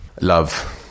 Love